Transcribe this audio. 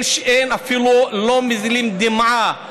אפילו לא מזילים דמעה,